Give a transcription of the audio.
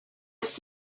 it’s